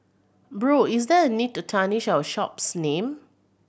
bro is there a need to tarnish our shop's name